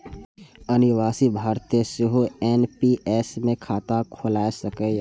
अनिवासी भारतीय सेहो एन.पी.एस मे खाता खोलाए सकैए